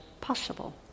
possible